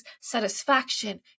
satisfaction